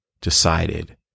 decided